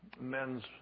Men's